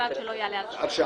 ובלבד שלא יעלה על שעה.